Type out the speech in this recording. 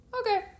Okay